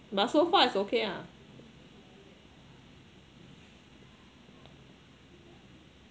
but so far is okay ah